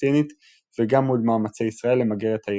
הפלסטינית וגם מול מאמצי ישראל למגר את הארגון.